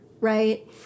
right